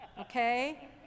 okay